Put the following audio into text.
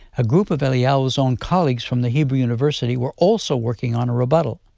a group of eliyahu's own colleagues from the hebrew university were also working on a rebuttal.